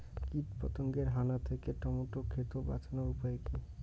কীটপতঙ্গের হানা থেকে টমেটো ক্ষেত বাঁচানোর উপায় কি?